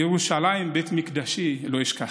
ירושלים, בית מקדשי, לא אשכחך".